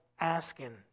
asking